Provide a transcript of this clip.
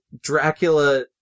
Dracula